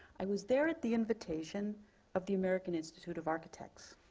i was there at the invitation of the american institute of architects.